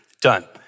done